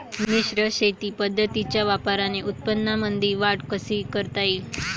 मिश्र शेती पद्धतीच्या वापराने उत्पन्नामंदी वाढ कशी करता येईन?